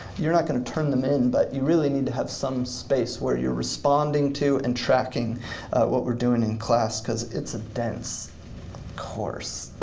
you're not gonna turn them in but you really need to have some space where you're responding to and tracking what we're doing in class cause it's a dense course.